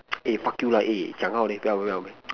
eh fuck you lah eh 讲好好:Jiang Hao hao leh 不要不要:Bu Yao bu yao